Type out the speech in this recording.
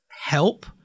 help